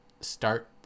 start